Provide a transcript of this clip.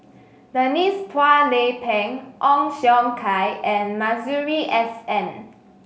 Denise Phua Lay Peng Ong Siong Kai and Masuri S N